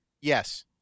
Yes